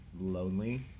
lonely